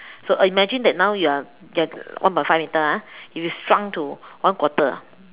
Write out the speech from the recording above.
so imagine that now you are you are one point five metre ah if you are shrunk to one quarter